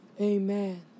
Amen